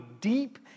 deep